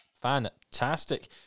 Fantastic